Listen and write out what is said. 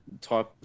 type